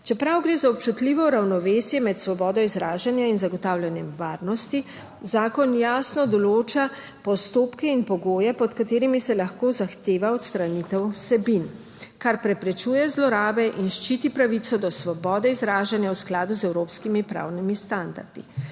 Čeprav gre za občutljivo ravnovesje med svobodo izražanja in zagotavljanjem varnosti, zakon jasno določa postopke in pogoje, pod katerimi se lahko zahteva odstranitev vsebin, kar preprečuje zlorabe in ščiti pravico do svobode izražanja v skladu z evropskimi pravnimi standardi.